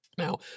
now